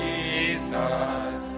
Jesus